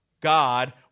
God